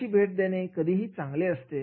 अशी भेट देणे कधीही चांगले असते